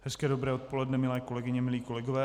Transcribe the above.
Hezké dobré odpoledne, milé kolegyně, milí kolegové.